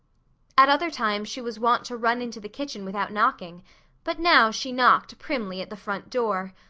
at other times she was wont to run into the kitchen without knocking but now she knocked primly at the front door.